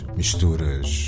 misturas